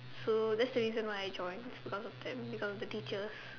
so that's the reason why I joined it's because of them because of the teachers